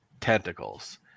tentacles